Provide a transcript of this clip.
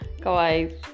guys